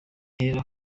hera